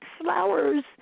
flowers